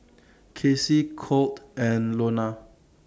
Kacie Colt and Lonna